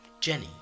Jenny